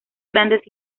grandes